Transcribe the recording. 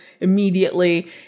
immediately